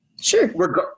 Sure